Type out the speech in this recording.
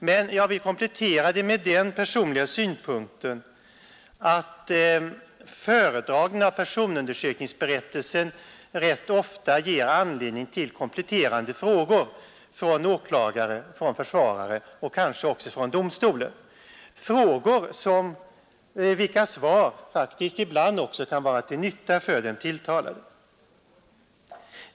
Men jag vill tillägga den personliga synpunkten att föredragningen av personundersökningsberättelsen ganska ofta ger anledning till kompletterande frågor från åklagare och försvarare och kanske också från domstolen, och svaren kan faktiskt ibland vara till nytta för den tilltalade.